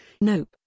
Nope